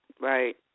Right